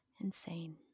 Insane